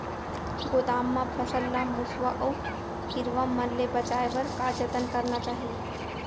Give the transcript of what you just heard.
गोदाम मा फसल ला मुसवा अऊ कीरवा मन ले बचाये बर का जतन करना चाही?